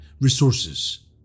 resources